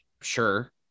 sure